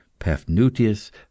Paphnutius